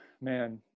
man